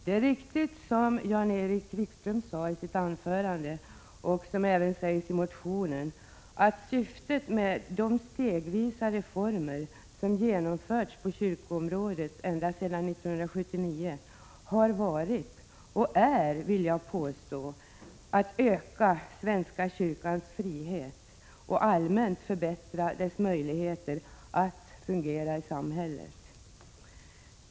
Det är riktigt som Jan-Erik Wikström sade i sitt anförande och som sägs i motionen att syftet med de stegvisa reformer som har genomförts på kyrkoområdet sedan 1979 har varit — och är, vill jag påstå — att öka svenska kyrkans frihet och allmänt förbättra dess möjligheter att fungera i samhället.